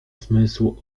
zmysł